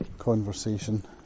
conversation